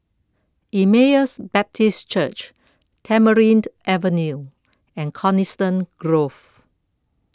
Emmaus Baptist Church Tamarind Avenue and Coniston Grove